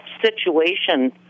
situation